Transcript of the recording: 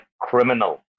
criminal